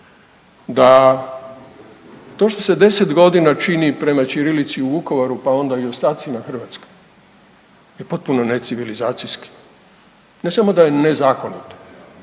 da to što se 10 godina čini prema ćirilici u Vukovaru, pa onda i u ostacima Hrvatske je potpuno ne civilizacijski, ne samo da je nezakonito,